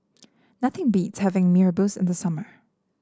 nothing beats having Mee Rebus in the summer